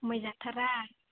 खमाय जाथारा